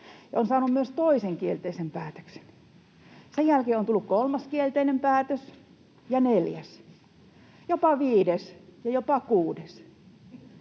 on saanut myös toisen kielteisen päätöksen, ja sen jälkeen on tullut kolmas kielteinen päätös ja neljäs, jopa viides ja jopa kuudes,